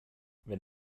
wenn